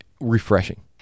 refreshing